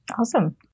Awesome